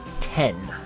ten